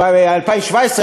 2017,